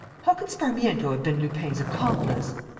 how can sparmiento have been lupin's accomplice?